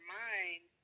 mind